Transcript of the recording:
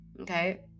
Okay